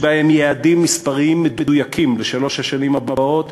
יש בהם יעדים מספריים מדויקים לשלוש השנים הבאות,